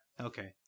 Okay